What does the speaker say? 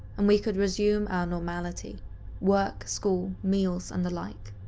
and we could resume our normality work, school, meals, and the like.